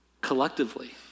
Collectively